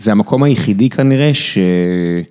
זה המקום היחידי כנראה ש...